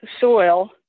soil